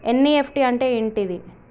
NEFT అంటే ఏంటిది?